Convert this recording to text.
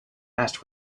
asked